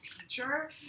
teacher